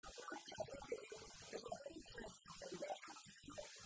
מהם ההשלכות של זה, יש הרבה מאד שאלות על מדרש ההלכה הזה